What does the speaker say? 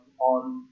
on